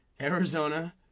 Arizona